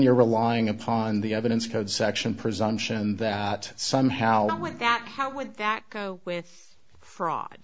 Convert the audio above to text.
you're relying upon the evidence code section presumption that somehow that how would that go with fraud